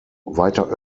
weiter